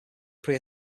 pre